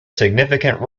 significant